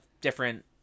different